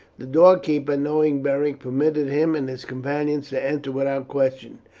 the door keeper, knowing beric, permitted him and his companions to enter without question.